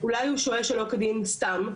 אולי הוא שוהה שלא כדין סתם,